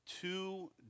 two